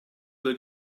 will